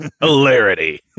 hilarity